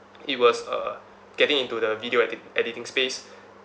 it was uh getting into the video edit~ editing space